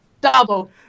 Double